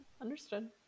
understood